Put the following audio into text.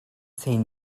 zehn